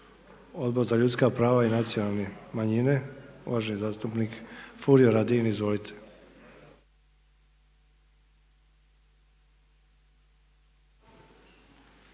Odbor za ljudska prava i nacionalne manjine uvaženi zastupnik Furio Radin. Izvolite.